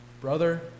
brother